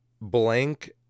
blank